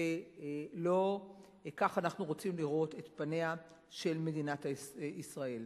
ולא כך אנחנו רוצים לראות את פניה של מדינת ישראל.